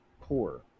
poor